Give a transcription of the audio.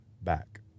back